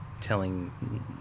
telling